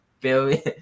Billy